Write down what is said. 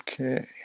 Okay